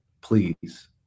Please